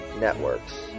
networks